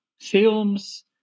Films